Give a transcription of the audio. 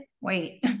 wait